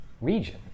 region